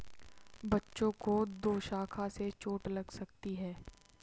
बच्चों को दोशाखा से चोट लग सकती है